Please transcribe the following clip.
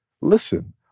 listen